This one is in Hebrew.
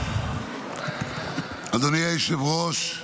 אדוני היושב-ראש,